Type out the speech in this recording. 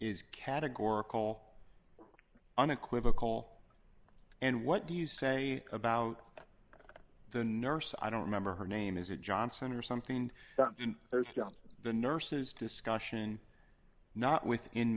is categorical unequivocal and what do you say about the nurse i don't remember her name is a johnson or something the nurses discussion not with